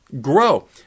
grow